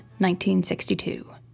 1962